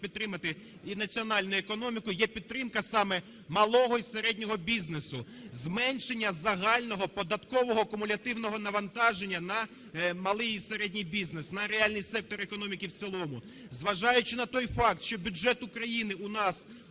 підтримати і національну економіку, є підтримка саме малого і середнього бізнесу, зменшення загального податкового кумулятивного навантаження на малий і середній бізнес, на реальний сектор економіки в цілому, зважаючи на той факт, що бюджет України у нас